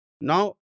Now